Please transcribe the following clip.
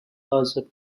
other